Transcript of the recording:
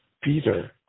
Peter